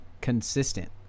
consistent